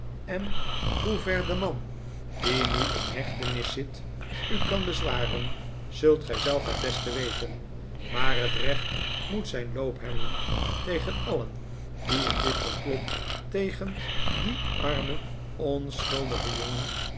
en hoever de man die nu in hechtenis zit u kan bezwaren zult gij zelf het beste weten maar het recht moet zijn loop hebben tegen alien die in dit complot tegen dien armen onschuldigen jongen